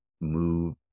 move